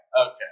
okay